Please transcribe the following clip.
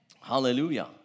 Hallelujah